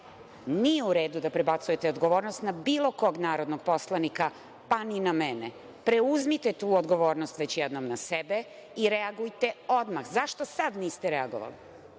nije u redu da prebacujete odgovornost na bilo kog narodnog poslanika, pa ni na mene. Preuzmite tu odgovornost već jednom na sebe i reagujte odmah. Zašto sada niste reagovali,